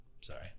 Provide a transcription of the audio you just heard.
sorry